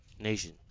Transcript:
Nation